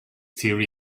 theory